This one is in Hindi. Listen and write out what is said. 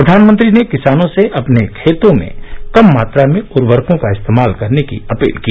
प्रधानमंत्री ने किसानों से अपने खेतों में कम मात्रा में उर्वरकों का इस्तेमाल करने की अपील की